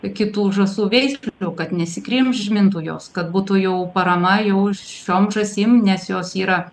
kitų žąsų veislių kad nesikrimžmintų jos kad būtų jau parama jau šiom žąsim nes jos yra